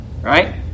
right